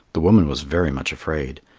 the woman was very much afraid.